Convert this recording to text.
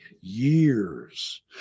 years